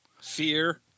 Fear